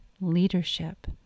leadership